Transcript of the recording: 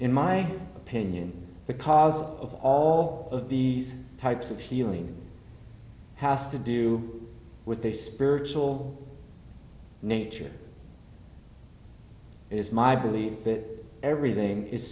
in my opinion the cause of all of these types of healing has to do with a spiritual nature it is my belief that everything is